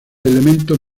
elemento